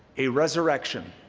a resurrection.